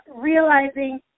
realizing